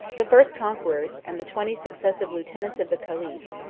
the first conquerors, and the twenty successive lieutenants of the caliphs,